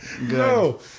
No